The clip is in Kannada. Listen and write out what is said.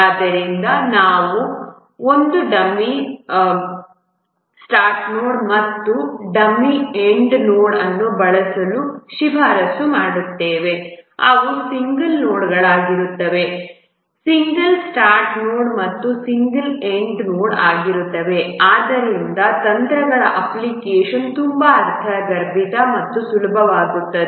ಆದ್ದರಿಂದ ನಾವು ಒಂದು ಡಮ್ಮಿ ಸ್ಟಾರ್ಟ್ ನೋಡ್ ಮತ್ತು ಡಮ್ಮಿ ಎಂಡ್ ನೋಡ್ ಅನ್ನು ಬಳಸಲು ಶಿಫಾರಸು ಮಾಡುತ್ತೇವೆ ಅವು ಸಿಂಗಲ್ ನೋಡ್ಗಳಾಗಿರುತ್ತವೆ ಸಿಂಗಲ್ ಸ್ಟಾರ್ಟ್ ನೋಡ್ ಮತ್ತು ಸಿಂಗಲ್ ಎಂಡ್ ನೋಡ್ ಆಗಿರುತ್ತವೆ ಇದರಿಂದ ತಂತ್ರಗಳ ಅಪ್ಲಿಕೇಶನ್ ತುಂಬಾ ಅರ್ಥಗರ್ಭಿತ ಮತ್ತು ಸುಲಭವಾಗುತ್ತದೆ